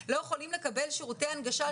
הם בארבע שנים חוללו מהפכה בנושא הזה.